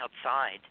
outside